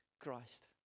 Christ